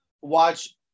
Watch